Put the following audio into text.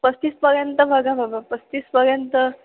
पस्तीसपर्यंत बघा बाबा पस्तीसपर्यंत